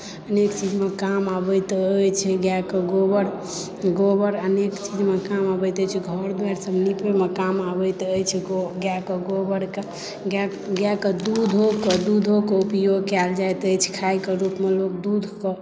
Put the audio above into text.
अनेक चीजमे काम आबैत अछि गाएके गोबर गोबर अनेक चीजमे काम आबैत अछि घर दुआरिसभ निपयमे काम आबैत अछि गाएके गोबरके गाए गाएके दूध गाएके दूध दूधोके उपयोग कयल जाइत अछि खायके रूपमे लोक दूधके